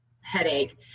headache